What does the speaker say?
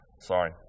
sorry